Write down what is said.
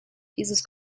dieses